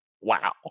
wow